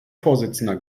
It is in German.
vorsitzender